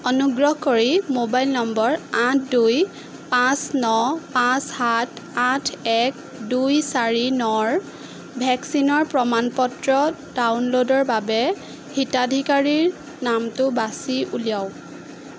অনুগ্ৰহ কৰি mobile number আঠ দুই পাঁচ ন পাঁচ সাত আঠ এক দুই চাৰি নৰ ভেকচিনৰ প্ৰমাণ পত্ৰ ডাউনলোডৰ বাবে হিতাধিকাৰীৰ নামটো বাছি উলিয়াওক